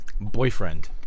Boyfriend